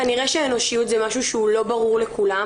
כנראה שהאנושיות זה משהו שהוא לא ברור לכולם,